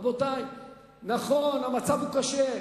רבותי, נכון, המצב קשה,